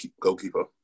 goalkeeper